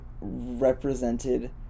represented